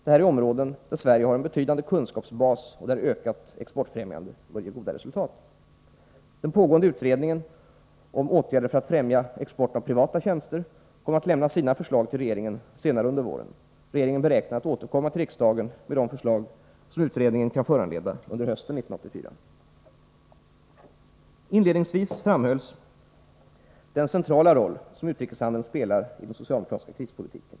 Detta är områden där Sverige har en betydande kunskapsbas och där ökat exportfrämjande bör ge goda resultat. Den pågående utredningen om åtgärder för att främja export av privata tjänster kommer att lämna sina förslag till regeringen senare under våren. Regeringen beräknar att återkomma till riksdagen med de förslag som utredningen kan föranleda under hösten 1984. Inledningsvis framhölls den centrala roll som utrikeshandeln spelar i den socialdemokratiska krispolitiken.